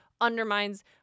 undermines